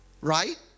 right